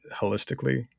holistically